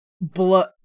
blood